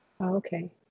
Okay